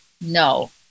no